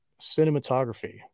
cinematography